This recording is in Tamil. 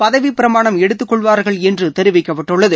பதவிப்பிரமாணம் எடுத்துக்கொள்வார்கள் என்று தெரிவிக்கப்பட்டுள்ளது